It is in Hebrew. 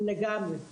לגמרי.